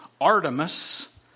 Artemis